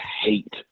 hate